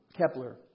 Kepler